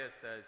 says